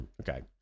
Okay